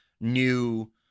new